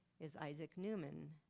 is isaac neumann.